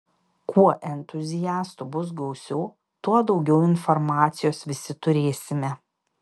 kuo entuziastų bus gausiau tuo daugiau informacijos visi turėsime